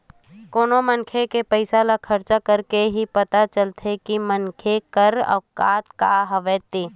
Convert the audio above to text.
कोनो मनखे के पइसा के खरचा करे ले ही पता चल जाथे मनखे कर आवक कतका हवय ते